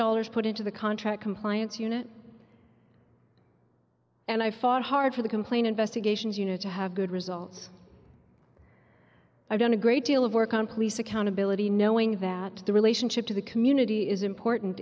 dollars put into the contract compliance unit and i fought hard for the complaint investigations unit to have good results i've done a great deal of work on police accountability knowing that the relationship to the community is important